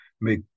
make